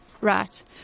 Right